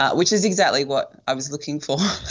ah which is exactly what i was looking for,